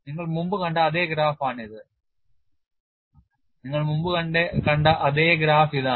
നിങ്ങൾ മുമ്പ് കണ്ട അതേ ഗ്രാഫ് ഇതാണ്